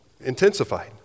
intensified